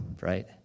right